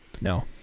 no